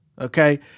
Okay